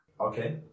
okay